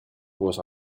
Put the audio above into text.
was